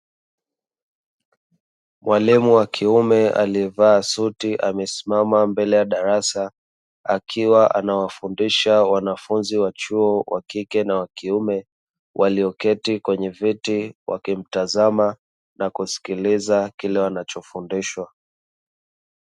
Mwalimu wa kiume aliyevaa suti, amesimama mbele ya darasa; akiwa anawafundisha wanafunzi wa chuo wa kike na wa kiume, walioketi kwenye viti wakimtazama na kusikiliza kile wanachofundishwa.